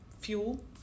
fuel